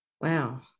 Wow